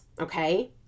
Okay